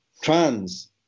trans